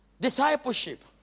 Discipleship